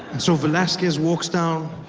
so velasquez walks down